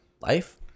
life